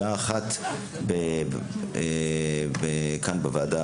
כמו כן, בשעה 13:00 יתקיים כאן דיון